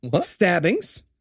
stabbings